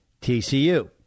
TCU